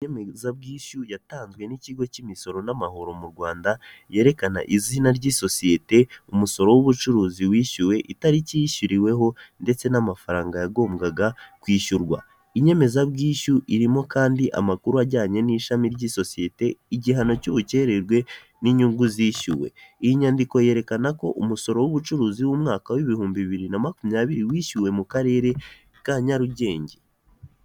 Inyemezabwishyu yatanzwe n'ikigo k'imisoro n'amahoro mu Rwanda kwerekana izina ry'isosiyete, umusoro w'ubucuruzi wishyuwe itariki yishyuriyeho ndetse n'amafaranga yagombagwa kwishyurwa. Inyemezabwishyu irimo kandi amakuru ajyanye n'ishami ry'isosiyete, igihano cy'ubukererwe ni nyungu zishyuwe. Inyandiko yerekana ko umusoro w'ubucuruzi w'umwaka w'ibihumbi bibiri na makumyabiri, wishyuwe mu karere ka Nyarugenge.